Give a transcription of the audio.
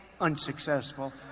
unsuccessful